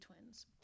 twins